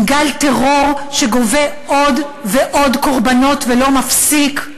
עם גל טרור שגובה עוד ועוד קורבנות ולא מפסיק?